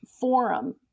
forum